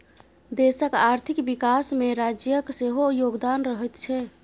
देशक आर्थिक विकासमे राज्यक सेहो योगदान रहैत छै